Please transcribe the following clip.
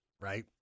right